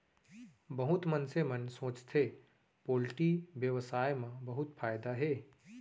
बहुत मनसे मन सोचथें पोल्टी बेवसाय म बहुत फायदा हे